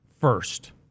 first